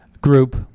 group